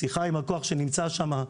שיחה עם הכוח שנמצא שם,